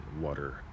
water